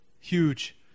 huge